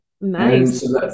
Nice